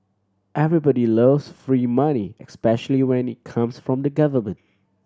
everybody loves free money especially when it comes from the government